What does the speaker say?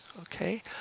okay